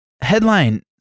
Headline